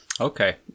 Okay